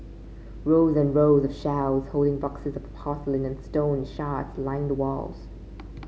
rows and rows of shelves holding boxes of porcelain and stone shards line the walls